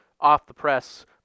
off-the-press